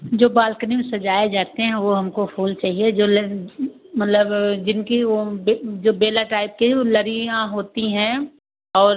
जो बालकनी में सजाए जाते हैं वह हमको फूल चाहिए जो मतलब जिनकी बि जो बेला टाइप के उ लड़ियाँ होती हैं और